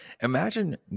imagine